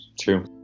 true